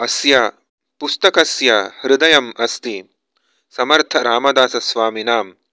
अस्य पुस्तकस्य हृदयम् अस्ति समर्थरामदासस्वामिनाम्